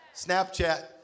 Snapchat